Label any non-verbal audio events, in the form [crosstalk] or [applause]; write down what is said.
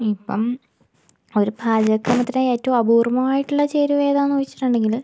ഇപ്പം ഒരു പാചക [unintelligible] ഏറ്റവും അപൂർവ്വമായിട്ടുള്ള ചേരുവ ഏതാണെന്നു ചോദിച്ചിട്ടുണ്ടെങ്കിൽ